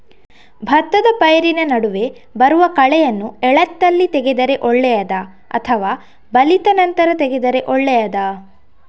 ಭತ್ತದ ಪೈರಿನ ನಡುವೆ ಬರುವ ಕಳೆಯನ್ನು ಎಳತ್ತಲ್ಲಿ ತೆಗೆದರೆ ಒಳ್ಳೆಯದಾ ಅಥವಾ ಬಲಿತ ನಂತರ ತೆಗೆದರೆ ಒಳ್ಳೆಯದಾ?